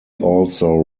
also